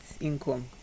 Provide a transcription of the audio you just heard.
income